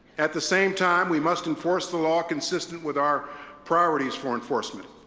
at the same time, we must enforce the law consistent with our priorities for enforcement.